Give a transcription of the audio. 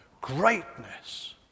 greatness